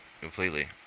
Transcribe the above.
completely